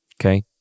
Okay